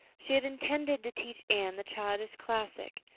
she had intended to teach anne the childish classic,